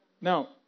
Now